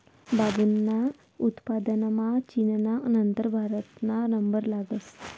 बांबूना उत्पादनमा चीनना नंतर भारतना नंबर लागस